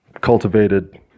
cultivated